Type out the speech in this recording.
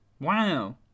Wow